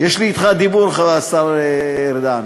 יש לי אתך דיבור, השר ארדן.